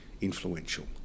influential